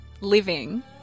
living